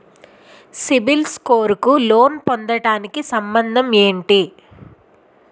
CIBIL score కు loan పొందటానికి సంబంధం ఏంటి?